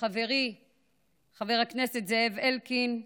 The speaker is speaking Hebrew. חבר הכנסת זאב אלקין,